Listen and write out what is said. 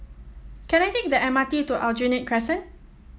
can I take the M R T to Aljunied Crescent